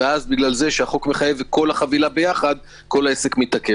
ובגלל שהחוק מחייב את כל החבילה ביחד - כל העסק מתעכב.